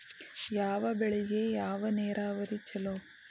ಯಾವ ಬೆಳಿಗೆ ಯಾವ ನೇರಾವರಿ ಛಲೋ?